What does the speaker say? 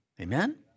Amen